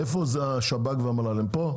איפה השב"כ והמל"ל פה?